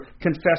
confess